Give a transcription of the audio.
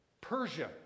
Persia